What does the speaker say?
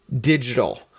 digital